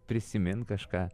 prisimint kažką